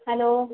hello